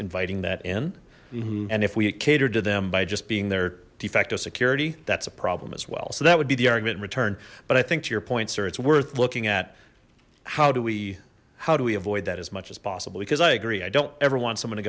inviting that in mm hm and if we cater to them by just being their de facto security that's a problem as well so that would be the argument return but i think to your point sir it's worth looking at how do we how do we avoid that as much as possible because i agree i don't ever want someone to